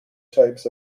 types